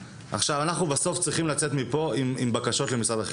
אנחנו בסוף צריכים לצאת מפה עם בקשות למשרד החינוך,